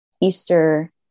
Easter